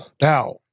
Now